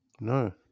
No